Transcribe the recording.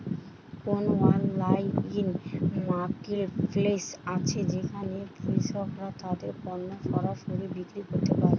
কোন online marketplace আছে যেখানে কৃষকরা তাদের পণ্য সরাসরি বিক্রি করতে পারে?